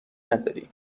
نداری